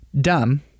dumb